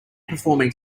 performing